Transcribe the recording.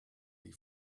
die